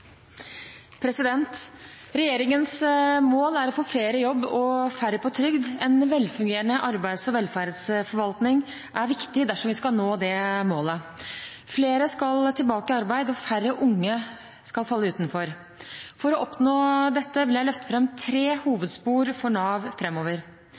viktig dersom vi skal nå det målet. Flere skal tilbake i arbeid, og færre unge skal falle utenfor. For å oppnå dette vil jeg løfte fram tre